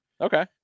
Okay